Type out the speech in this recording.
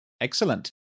Excellent